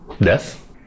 Death